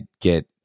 get